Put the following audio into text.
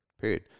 Period